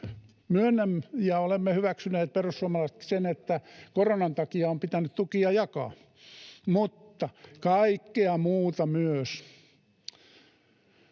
myönnän, ja olemme hyväksyneet, perussuomalaiset, sen, että koronan takia on pitänyt tukia jakaa — mutta tukia kaikkeen muuhun myös.